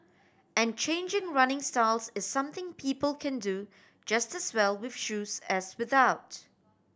and changing running styles is something people can do just as well with shoes as without